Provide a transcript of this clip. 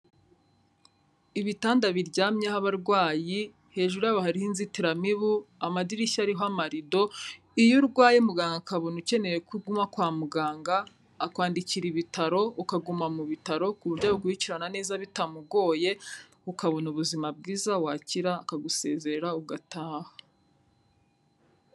Ibitanda biryamyeho abarwayi, hejuru yabo hariho inzitiramibu, amadirishya ariho amarido, iyo urwaye muganga akabona ukeneye ko uguma kwa muganga, akwandikira ibitaro ukaguma mu bitaro, ku buryo ugukurikirana neza bitamugoye, ukabona ubuzima bwiza, wakira akagusezerera ugataha.